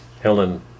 Helen